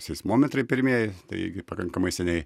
seismometrai pirmieji taigi pakankamai seniai